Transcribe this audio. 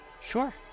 Sure